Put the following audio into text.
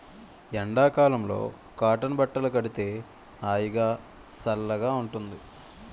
ఎండ కాలంలో కాటన్ బట్టలు కడితే హాయిగా, సల్లగా ఉంటుంది